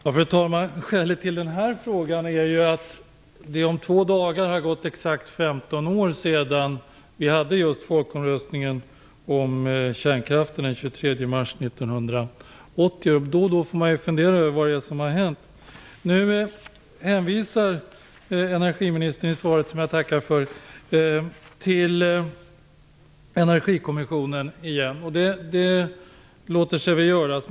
Fru talman! Skälet till den här frågan är att det om två dagar har gått exakt 15 år sedan vi hade folkomröstningen om kärnkraften den 23 mars 1980. Då och då funderar man över vad det är som har hänt. Nu hänvisar energiministern i svaret, som jag tackar för, till Energikommissionen igen. Det låter sig väl göras.